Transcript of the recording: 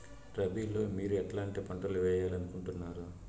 రబిలో మీరు ఎట్లాంటి పంటలు వేయాలి అనుకుంటున్నారు?